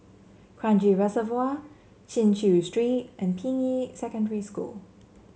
Kranji Reservoir Chin Chew Street and Ping Yi Secondary School